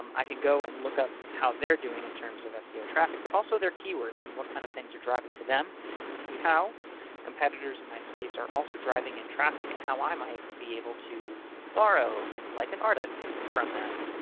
um i can go and look up how they're doing in terms of seo traffic, but also their keywords and what kind of things are driving to them them to see how competitors in my space are also driving in traffic and how i might be able to borrow, like an artist, from them.